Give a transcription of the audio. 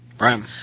Right